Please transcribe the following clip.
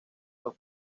los